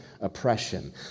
oppression